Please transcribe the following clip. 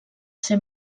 ser